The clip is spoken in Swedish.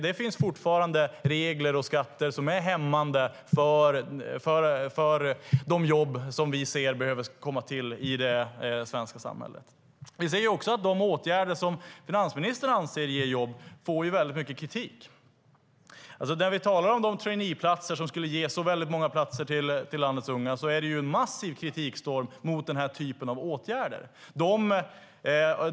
Det finns fortfarande regler och skatter som är hämmande för de jobb som vi ser behöver komma till i det svenska samhället. Vi ser också att de åtgärder som finansministern anser ger jobb får väldigt mycket kritik. När vi talar om de traineeplatser som skulle ge så väldigt många platser till landets unga finns det en massiv kritikstorm mot den här typen av åtgärder.